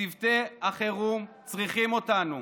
צוותי החירום צריכים אותנו.